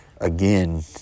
again